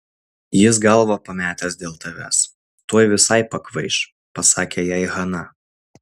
jis galvą pametęs dėl tavęs tuoj visai pakvaiš pasakė jai hana